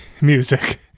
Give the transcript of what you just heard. music